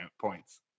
points